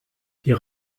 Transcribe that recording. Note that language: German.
die